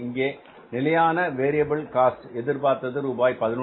இங்கே நிலையான variable cost எதிர்பார்த்தது ரூபாய்11